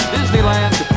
Disneyland